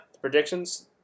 Predictions